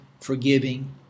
forgiving